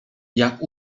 jak